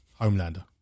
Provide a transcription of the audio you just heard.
Homelander